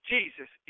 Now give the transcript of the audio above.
Jesus